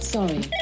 Sorry